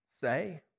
say